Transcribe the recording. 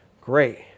Great